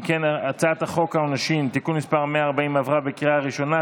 אם ,כן הצעת חוק העונשין (תיקון מס' 140) עברה בקריאה ראשונה,